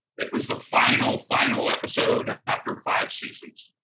it was the final, final episode after five seasons.